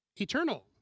Eternal